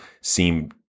seem